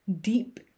deep